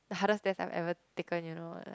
the hardest test I ever taken you know like